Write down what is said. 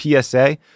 PSA